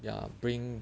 ya bring